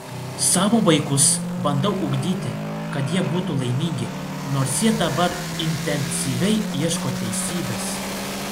savo vaikus bandau ugdyti kad jie būtų laimingi nors jie dabar intensyviai ieško teisybės